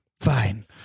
Fine